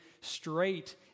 straight